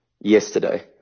yesterday